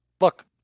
look